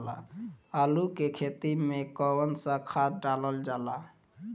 आलू के खेती में कवन सा खाद डालल जाला?